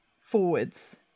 forwards